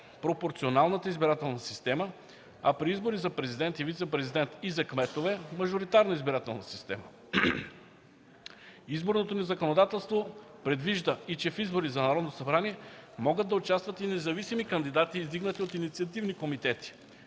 пропорционалната избирателна система, а при избори за президент и вицепрезидент и за кметове – мажоритарната избирателна система. Изборното ни законодателство предвижда, че в избори за Народно събрание могат да участват и независими кандидати, издигнати от инициативни комитети.